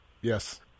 Yes